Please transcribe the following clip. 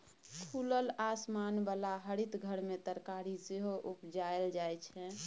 खुलल आसमान बला हरित घर मे तरकारी सेहो उपजाएल जाइ छै